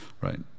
Right